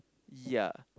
ya